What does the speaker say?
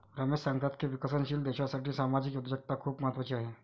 रमेश सांगतात की विकसनशील देशासाठी सामाजिक उद्योजकता खूप महत्त्वाची आहे